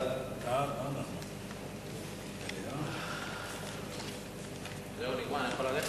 ההצעה לכלול את הנושא בסדר-היום של הכנסת נתקבלה.